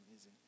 easy